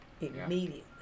Immediately